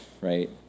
right